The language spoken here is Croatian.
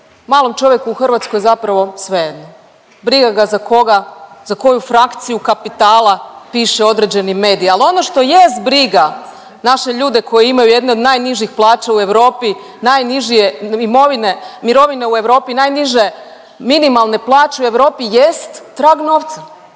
malom čovjeku u Hrvatskoj zapravo svejedno, briga ga za koga, za koju frakciju kapitala piše određeni medij. Ali ono što jest briga naše ljude koji imaju jednu od najnižih plaća u Europi, najniže imovine, mirovine najniže minimalne plaće u Europi jest trag novca.